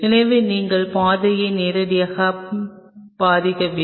எனவே நீங்கள் பாதையை நேரடியாக பாதிக்கவில்லை